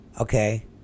Okay